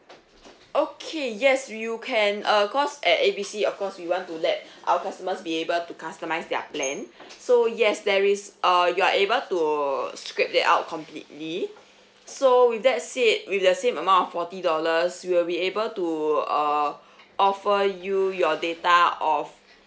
okay yes you can uh of course at A B C of course we want to let our customers be able to customise their plan so yes there is uh you are able to scrape that out completely so with that said with the same amount of forty dollars we will be able to uh offer you your data of